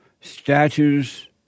statues